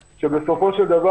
בסופו של דבר,